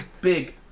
Big